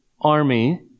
army